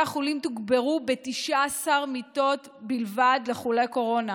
החולים תוגברו ב-19 מיטות בלבד לחולי קורונה